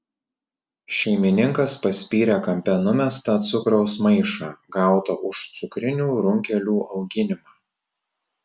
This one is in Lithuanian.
šeimininkas paspyrė kampe numestą cukraus maišą gautą už cukrinių runkelių auginimą